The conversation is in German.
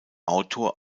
autor